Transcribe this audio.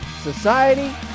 society